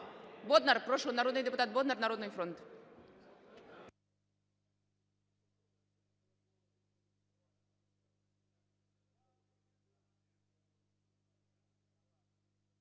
Бондар, прошу. Народний депутат Бондар, "Народний фронт".